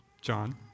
John